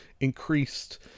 increased